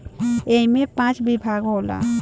ऐइमे पाँच विभाग होखेला